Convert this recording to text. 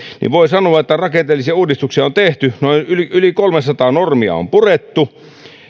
voi sanoa että rakenteellisia uudistuksia on tehty yli yli kolmesataa normia on purettu